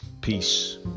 Peace